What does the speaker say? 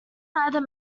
neither